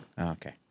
Okay